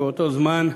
באותו זמן,